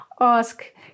ask